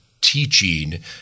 teaching